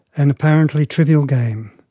an apparently trivial game,